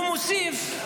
הוא מוסיף: